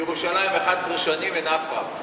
בירושלים 11 שנים אין אף רב.